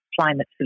climate